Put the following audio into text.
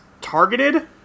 targeted